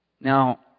Now